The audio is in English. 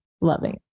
Loving